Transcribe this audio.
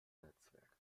netzwerk